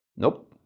nope.